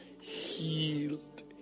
healed